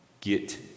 get